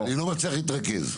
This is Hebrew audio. אני לא מצליח להתרכז.